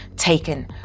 taken